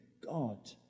God